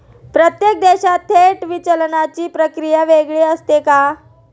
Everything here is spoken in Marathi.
प्रत्येक देशात थेट विचलनाची प्रक्रिया वेगळी असते का?